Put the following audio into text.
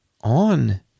on